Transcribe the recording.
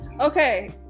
Okay